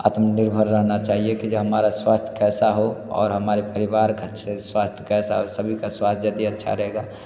आत्म निर्भर रहना चाहिए कि जो हमरा स्वास्थ्य कैसा हो और हमारे परिवार का अच्छा स्वास्थ्य कैसा हो सभी का स्वास्थ्य यदि अच्छा रहेगा